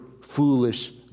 foolish